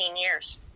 years